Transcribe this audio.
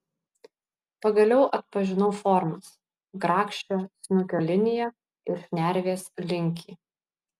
pagaliau atpažinau formas grakščią snukio liniją ir šnervės linkį